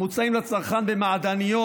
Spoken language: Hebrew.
המוצעת לצרכן במעדניות,